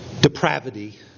depravity